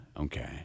Okay